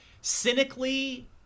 cynically